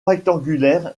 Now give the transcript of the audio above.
rectangulaire